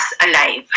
alive